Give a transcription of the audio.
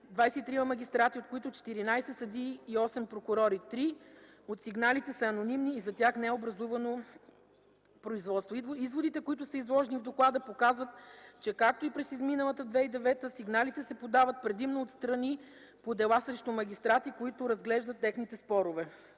23 магистрати, от които 14 съдии и 8 прокурори, три от сигналите са анонимни и за тях не е образувано производство по чл. 25, ал. 1 от закона. Изводите, които са изложени в доклада, показват, че както и през изминалата 2009 г., сигналите се подават предимно от страни по дела срещу магистрати, които разглеждат техните спорове.